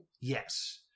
Yes